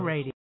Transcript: Radio